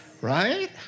Right